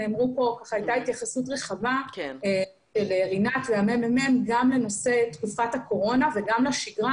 הייתה התייחסות רחבה של רינת והממ"מ גם לנושא תקופת הקורונה וגם לשגרה,